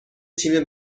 تیم